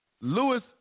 Lewis